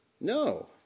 No